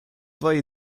твои